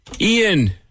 Ian